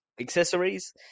accessories